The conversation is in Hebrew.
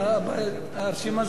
אני לא קורע ספרים.